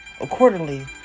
accordingly